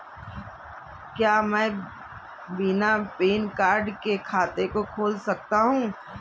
क्या मैं बिना पैन कार्ड के खाते को खोल सकता हूँ?